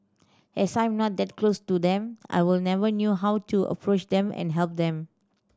as I'm not that close to them I were never knew how to approach them and help them